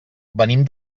venim